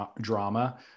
drama